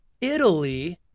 Italy